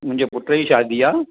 मुंहिंजे पुट जी शादी आहे